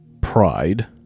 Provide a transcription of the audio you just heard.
pride